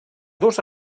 dos